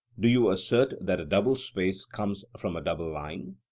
do you assert that a double space comes from a double line?